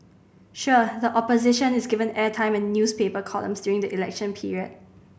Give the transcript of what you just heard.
sure the Opposition is given airtime and newspaper columns during the election period